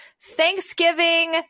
Thanksgiving